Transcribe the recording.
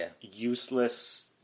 useless